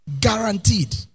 Guaranteed